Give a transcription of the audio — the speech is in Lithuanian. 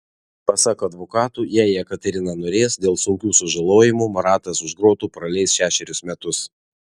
pasak advokatų jei jekaterina norės dėl sunkių sužalojimų maratas už grotų praleis šešerius metus